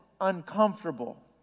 uncomfortable